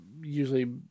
usually